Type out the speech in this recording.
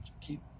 keep